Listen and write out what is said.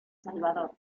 salvador